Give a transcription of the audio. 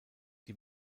die